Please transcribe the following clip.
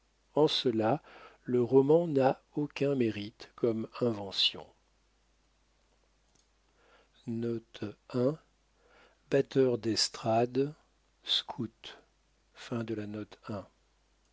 en cela le roman n'a aucun mérite comme invention